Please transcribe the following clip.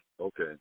Okay